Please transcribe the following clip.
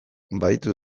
baditu